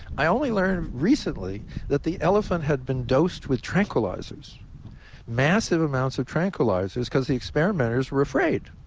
i only learned recently that the elephant had been dosed with tranquilizers massive amounts of tranquilizers because the experimenters were afraid.